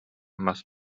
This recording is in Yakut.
мас